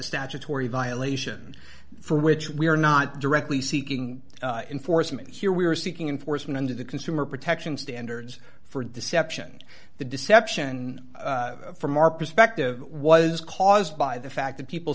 statutory violation for which we are not directly seeking in force and here we are seeking an foresman to the consumer protection standards for deception the deception from our perspective was caused by the fact that people